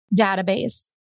database